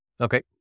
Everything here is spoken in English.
Okay